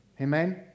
amen